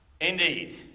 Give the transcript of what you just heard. Indeed